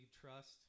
trust